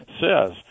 says